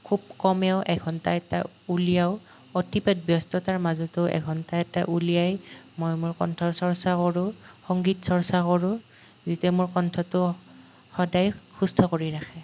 খুব কমেও এঘন্টা এটা উলিয়াওঁ অতিপাত ব্যস্ততাৰ মাজতো এঘন্টা এটা উলিয়াই মই মোৰ কণ্ঠ চৰ্চা কৰোঁ সংগীত চৰ্চা কৰোঁ যিটোৱে মোৰ কণ্ঠটো সদায় সুস্থ কৰি ৰাখে